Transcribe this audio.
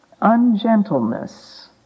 ungentleness